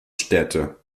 städte